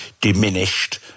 diminished